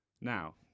Now